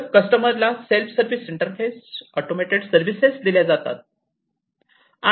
तर कस्टमरला self service interfaces automated services दिलेल्या असतात